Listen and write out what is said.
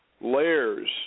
layers